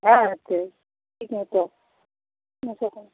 हय ओते